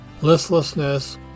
listlessness